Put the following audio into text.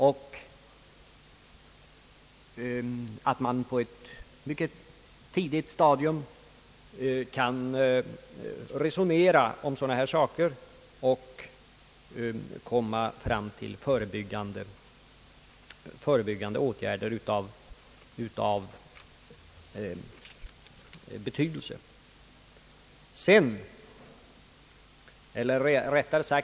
Man skall på ett mycket tidigt stadium kunna resonera om sådana här saker och komma fram till förebyggande åtgärder av betydelse.